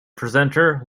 presenter